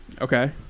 Okay